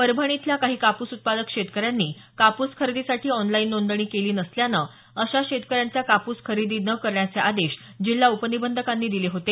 परभणी इथल्या काही कापूस उत्पादक शेतकऱ्यांनी कापूस खरेदीसाठी ऑनलाईन नोंदणी केली नसल्यानं अशा शेतकऱ्यांचा कापूस खरेदी न करण्याचे आदेश जिल्हा उपनिबंधकांनी दिले होते